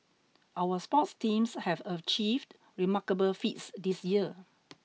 our sports teams have achieved remarkable feats this year